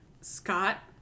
Scott